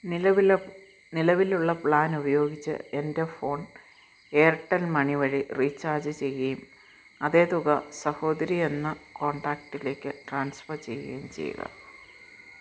നിലവില നിലവിലുള്ള പ്ലാൻ ഉപയോഗിച്ച് എൻ്റെ ഫോൺ എയർടെൽ മണി വഴി റീചാർജ് ചെയ്കയും അതേ തുക സഹോദരി എന്ന കോൺടാക്റ്റിലേക്ക് ട്രാൻസ്ഫർ ചെയ്യുകയും ചെയ്യുക